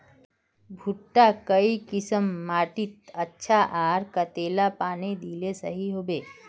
भुट्टा काई किसम माटित अच्छा, आर कतेला पानी दिले सही होवा?